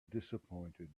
dissapointed